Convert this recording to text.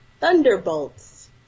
thunderbolts